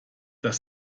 das